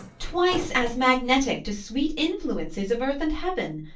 twice as magnetic to sweet influences of earth and heaven?